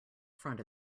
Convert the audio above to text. front